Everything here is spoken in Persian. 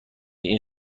این